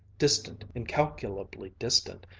distant, incalculably distant,